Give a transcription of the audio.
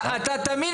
האנשים פה